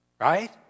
right